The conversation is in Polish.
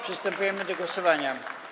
Przystępujemy do głosowania.